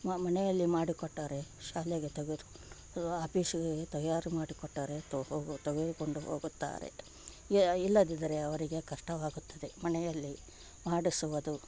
ಮ ಮನೆಯಲ್ಲಿ ಮಾಡಿಕೊಟ್ಟರೆ ಶಾಲೆಗೆ ತೆಗೆದುಕೊ ಆಪೀಸಿಗೆ ತಯಾರು ಮಾಡಿಕೊಟ್ಟರೆ ತೊಗೊಬೊ ತೆಗೆದುಕೊಂಡು ಹೋಗುತ್ತಾರೆ ಯ ಇಲ್ಲದಿದ್ದರೆ ಅವರಿಗೆ ಕಷ್ಟವಾಗುತ್ತದೆ ಮನೆಯಲ್ಲಿ ಮಾಡಿಸುವುದು